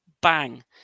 Bang